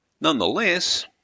Nonetheless